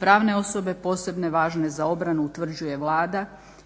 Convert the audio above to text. Pravne osobe posebne važne za obranu utvrđuje Vlada